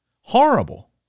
Horrible